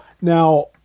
now